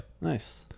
Nice